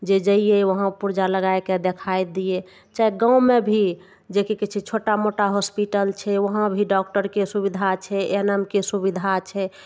जे जाइए वहाँ पूर्जा लगायके देखाय दियै चाहे गाँवमे भी जे कि कहय छै छोटा मोटा हॉस्पिटल छै वहाँ भी डॉक्टरके सुविधा छै ए एन एम के सुविधा छै